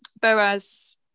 Boaz